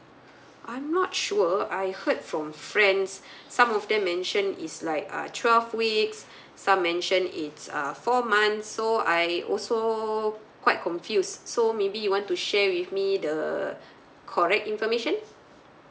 I'm not sure I heard from friends some of them mentioned is like uh twelve weeks some mention is uh four months so I also quite confused so maybe you want to share with me the correct information